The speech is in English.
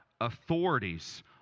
authorities